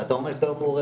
ואתה אומר שאתה לא מעורה.